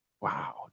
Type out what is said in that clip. wow